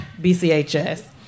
BCHS